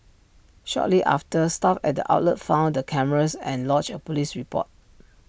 shortly after staff at the outlet found the cameras and lodged A Police report